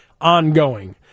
ongoing